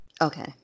Okay